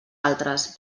altres